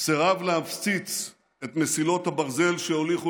סירב להפציץ את מסילות הברזל שהוליכו